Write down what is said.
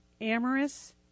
amorous